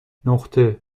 نقطه